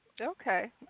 Okay